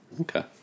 Okay